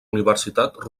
universitat